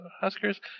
Huskers